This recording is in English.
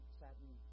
satin